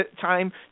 time